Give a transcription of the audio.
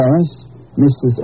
Mrs